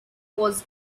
was